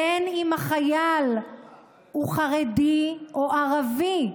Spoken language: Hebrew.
בין אם החייל הוא חרדי או ערבי,